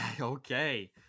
Okay